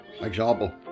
example